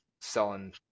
selling